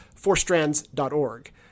fourstrands.org